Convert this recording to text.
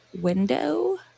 Window